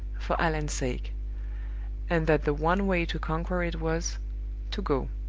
for allan's sake and that the one way to conquer it was to go.